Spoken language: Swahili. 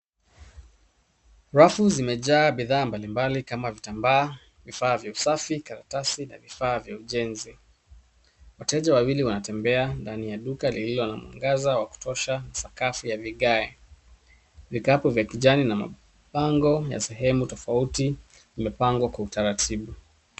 Rafu zimejaa bidhaa mbalimbali kama vitambaa, vifaa vya usafi, karatasi na vifaa za ujenzi. Wateja wawili wanatembea ndani ya duka lililo na mwangaza wa kutosha, sakafu ya vigae, vikapu vya kijani na mapango ya sehemu tofauti imepangwa kwa utaratibu.